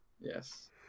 Yes